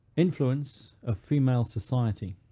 influence of female society.